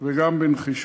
וגם בנחישות.